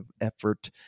effort